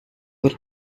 were